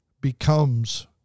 becomes